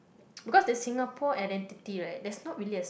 because the Singapore identity right there's not really a